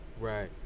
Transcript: Right